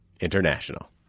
International